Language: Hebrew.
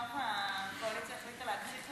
מאחר שהקואליציה החליטה להקריב,